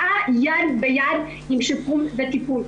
באה יד ביד עם שיפור בטיפול.